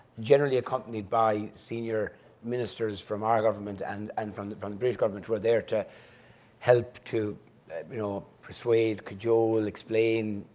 generally accompanied by senior ministers from our government and and from the from the british government, who are there to help to you know persuade, cajole, explain,